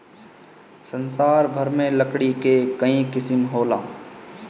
संसार भर में लकड़ी के कई किसिम होला